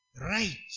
right